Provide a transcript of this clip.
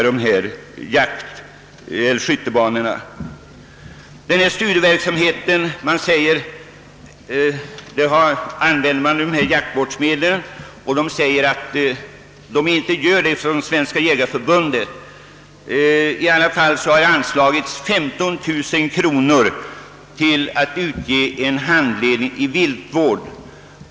Det har också sagts att Svenska jägareförbundet inte använder jaktvårdsmedel för sin studieverksamhet, men förbundet har i alla fall anslagit 15 000 kronor till utgivningen av en handledning i viltvård.